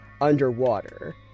underwater